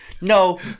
no